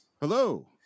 hello